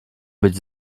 być